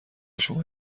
شما